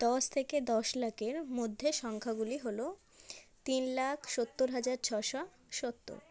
দশ থেকে দশ লাখের মধ্যে সংখ্যাগুলি হল তিন লাখ সত্তর হাজার ছশ সত্তর